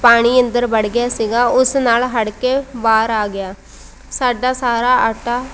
ਪਾਣੀ ਅੰਦਰ ਵੜ ਗਿਆ ਸੀਗਾ ਉਸ ਨਾਲ ਹੜ੍ਹ ਕੇ ਬਾਹਰ ਆ ਗਿਆ ਸਾਡਾ ਸਾਰਾ ਆਟਾ